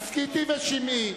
הסכיתי ושמעי.